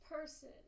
person